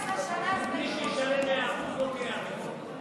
19 שנה, מי שישלם 100%, לא תהיה לך ברירה.